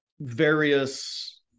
various